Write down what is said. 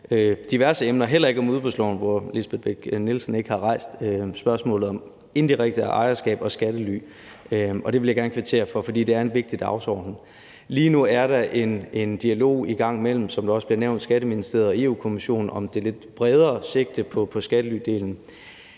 diverse emner, heller ikke om udbudsloven, hvor Lisbeth Bech-Nielsen ikke har rejst spørgsmålet om indirekte ejerskab og skattely, og det vil jeg gerne kvittere for. For det er en vigtig dagsorden. Lige nu er der, som der også bliver nævnt, en dialog i gang mellem Skatteministeriet og Europa-Kommissionen om det lidt bredere sigte på skattelydelen.